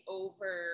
over